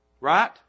Right